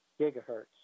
gigahertz